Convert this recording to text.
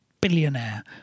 billionaire